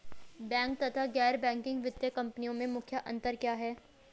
Bank तथा गैर banking वित्तीय कंपनियों में मुख्य अंतर क्या है?